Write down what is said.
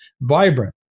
vibrant